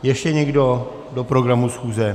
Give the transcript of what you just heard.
Ještě někdo do programu schůze?